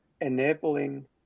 enabling